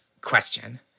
question